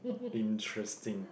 interesting